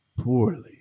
Poorly